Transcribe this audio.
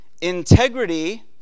integrity